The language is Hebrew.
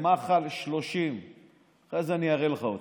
במחל 30. אחרי זה אני אראה לך אותם.